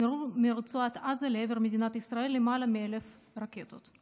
נורו מרצועת עזה לעבר מדינת ישראל למעלה מ-1,000 רקטות.